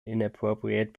inappropriate